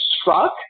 struck